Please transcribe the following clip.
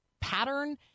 pattern